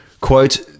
Quote